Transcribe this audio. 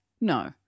No